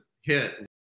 hit